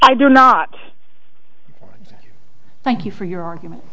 i do not thank you for your argument